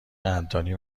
قدردانی